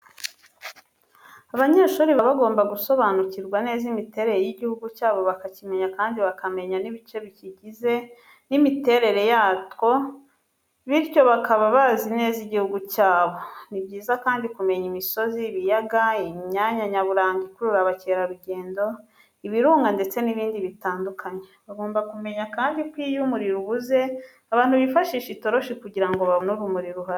Abanyeshuri baba bagomba gusobanukirwa neza imiterere y'igihugu cyabo bakakimenya kandi bakamenya n'ibice bikigize n'imiterere yatwo bityo baka bazi neza igihugu cyabo. Ni byiza kandi kumenya imisozi, ibiyaga , imyanya nyaburanga ikurura abakerarugendo, ibirunga ndetse n'ibindi bitandukanye. Bagomba kumenya ko kandi iyo umuriro ubuze abantu bifashisha itoroshi kugira ngo babone urumuri ruhagije.